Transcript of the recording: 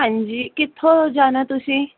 ਹਾਂਜੀ ਕਿੱਥੋਂ ਜਾਣਾ ਤੁਸੀਂ